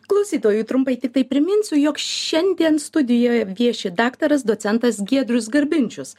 klausytojui trumpai tiktai priminsiu jog šiandien studijoj vieši daktaras docentas giedrius garbinčius